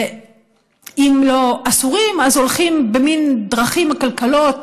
ואם לא אסורים, אז הולכים במין דרכים עקלקלות.